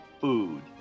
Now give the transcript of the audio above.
food